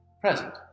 present